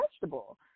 vegetable